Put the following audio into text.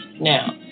Now